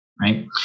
right